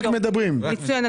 מצוין,